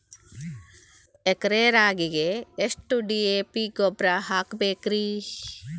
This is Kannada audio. ಎಕರೆ ರಾಗಿಗೆ ಎಷ್ಟು ಡಿ.ಎ.ಪಿ ಗೊಬ್ರಾ ಹಾಕಬೇಕ್ರಿ?